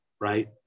Right